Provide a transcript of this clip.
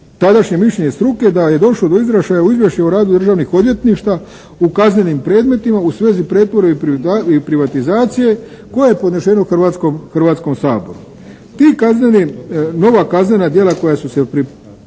tadašnje mišljenje struke da je došlo do izražaja u izvješću o radu državnih odvjetništva u kaznenim predmetima u svezi pretvorbe i privatizacije koje je podnešeno Hrvatskom saboru. Ti kazneni, nova kaznena djela koja su se predložila